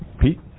Pete